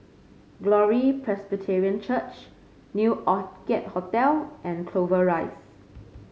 Glory Presbyterian Church New Orchid Hotel and Clover Rise